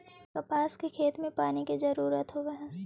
कपास के खेती में पानी के जरूरत होवऽ हई